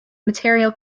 material